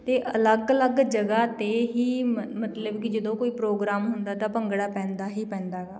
ਅਤੇ ਅਲੱਗ ਅਲੱਗ ਜਗ੍ਹਾ 'ਤੇ ਹੀ ਮਤਲਬ ਕਿ ਜਦੋਂ ਕੋਈ ਪ੍ਰੋਗਰਾਮ ਹੁੰਦਾ ਤਾਂ ਭੰਗੜਾ ਪੈਂਦਾ ਹੀ ਪੈਂਦਾ ਗਾ